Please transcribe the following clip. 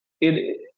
it-